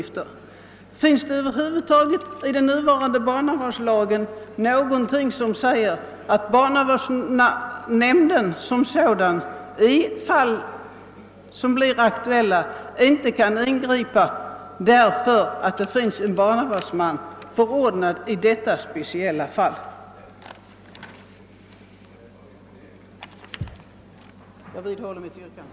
Finns det över huvud taget i den nuvarande barnavårdslagen någonting som säger, att barnavårdsnämnden som sådan i ett fall som blir aktuellt inte kan ingripa, därför att det finns en barnavårdsman förordnad i detta speciella fall? Herr talman! Jag vidhåller mitt yrkande.